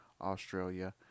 Australia